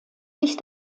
sich